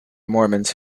mormons